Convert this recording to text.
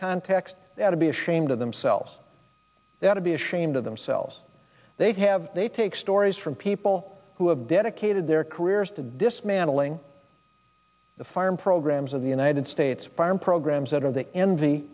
context to be ashamed of themselves that to be ashamed of themselves they have they take stories from people who have dedicated their careers to dismantling the farm programs of the united states programs that are the envy